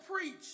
preach